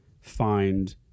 find